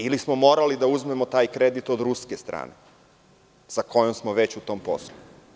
Ili smo morali da uzmemo taj kredit od ruske strane, sa kojom smo već u tom poslu?